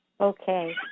Okay